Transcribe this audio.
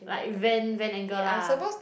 like vent vent anger lah